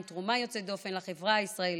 עם תרומה יוצאת דופן לחברה הישראלית.